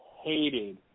hated